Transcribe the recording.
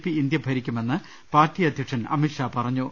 P India ഭരിക്കുമെന്ന് party അധ്യക്ഷൻ അമിത്ഷാ പറഞ്ഞു